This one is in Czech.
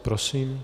Prosím.